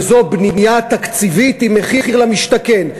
וזו בנייה תקציבית עם מחיר למשתכן.